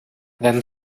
then